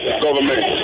government